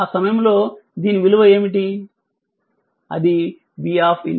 ఆ సమయంలో దీని విలువ ఏమిటి అది v∞